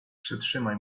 przytrzymaj